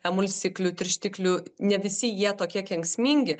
emulsiklių tirštiklių ne visi jie tokie kenksmingi